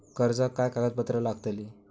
कर्जाक काय कागदपत्र लागतली?